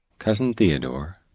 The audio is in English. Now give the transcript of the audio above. cousin theodore,